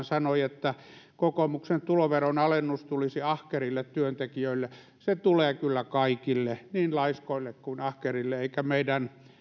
sanoi että kokoomuksen tuloveronalennus tulisi ahkerille työntekijöille se tulee kyllä kaikille niin laiskoille kuin ahkerille eikä meidän